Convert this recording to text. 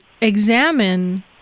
examine